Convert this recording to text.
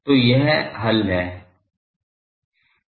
तो यह हल है